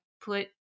put